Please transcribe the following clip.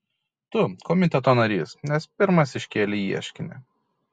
tu komiteto narys nes pirmas iškėlei ieškinį